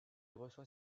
reçoit